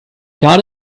got